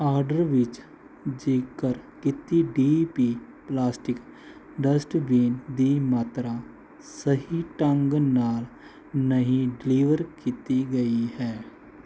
order ਵਿੱਚ ਜ਼ਿਕਰ ਕੀਤੀ ਡੀ ਪੀ ਪਲਾਸਟਿਕ ਡਸਟਬੀਨ ਦੀ ਮਾਤਰਾ ਸਹੀ ਢੰਗ ਨਾਲ ਨਹੀਂ ਡਿਲੀਵਰ ਕੀਤੀ ਗਈ ਹੈ